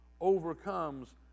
overcomes